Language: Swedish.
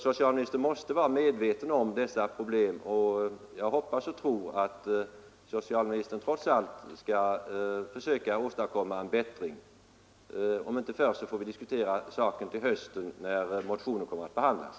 Socialministern måste vara medveten om dessa problem, och jag hoppas och tror därför att socialministern trots allt skall försöka åstadkomma en bättring. Om inte förr får vi diskutera frågan till hösten, när motionen skall behandlas.